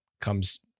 comes